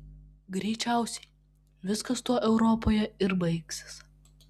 greičiausiai viskas tuo europoje ir baigsis